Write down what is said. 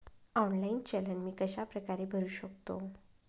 Online चलन मी कशाप्रकारे भरु शकतो?